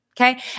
Okay